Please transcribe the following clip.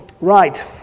Right